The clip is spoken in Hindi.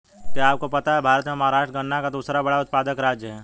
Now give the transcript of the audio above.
क्या आपको पता है भारत में महाराष्ट्र गन्ना का दूसरा बड़ा उत्पादक राज्य है?